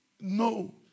No